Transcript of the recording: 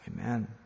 Amen